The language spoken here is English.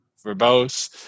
verbose